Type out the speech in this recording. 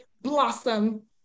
blossom